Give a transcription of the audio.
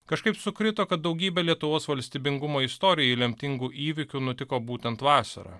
kažkaip sukrito kad daugybė lietuvos valstybingumo istorijai lemtingų įvykių nutiko būtent vasarą